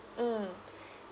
mm